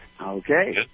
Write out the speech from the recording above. Okay